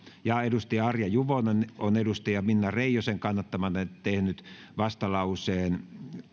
ja arja juvonen on minna reijosen kannattamana tehnyt vastalauseen